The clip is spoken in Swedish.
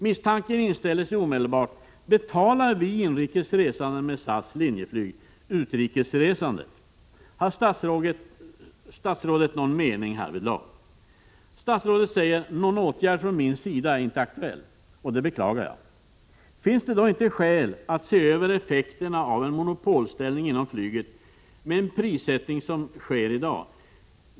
Misstanken inställer sig omedelbart: Betalar vi som reser inrikes med SAS och Linjeflyg utrikesresandet? Har statsrådet någon mening härvidlag? Som jag nämnde inledningsvis säger statsrådet: ”Någon åtgärd från min sida är därför inte aktuell.” Jag beklagar detta. Finns det inte skäl att se över effekterna av en monopolställning inom flyget med tanke på den prissättning som sker i dag?